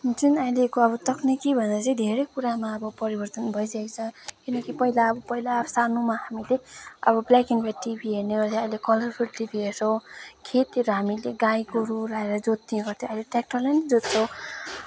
जुन अहिलेको अब तक्निकी भनेर चाहिँ धेरै कुरामा अब परिवर्तन भइसकेको छ किनकि पहिला अब पहिला सानोमा हामीले अब ब्ल्याक एन्ड ह्वाइट टिभी हेर्ने गरेको थियो अहिले कलरफुल टिभी हेर्छौँ खेततिर हामीले गाईगोरू लगेर जोत्थ्यौँ अहिले ट्रेक्टरले नै जोत्छौँ